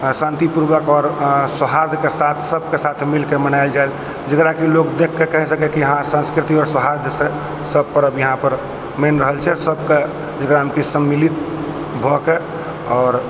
शान्ति पूर्वक और सौहार्द के साथ सबके साथ मिल कऽ मनाएल जाए जेकरा के लोग देख कऽ कहि सकै हँ सांस्कृति और सौहार्द सँ सब परव यहाँ पर मना रहल छै सबके जेकरा मे की सम्मिलित भऽ के आओर